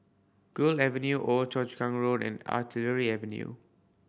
Gul Avenue Old Choa Chu Kang Road and Artillery Avenue